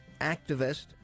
activist